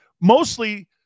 Mostly